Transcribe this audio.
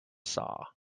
saw